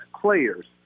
players